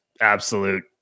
absolute